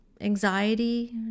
anxiety